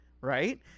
right